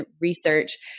research